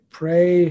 pray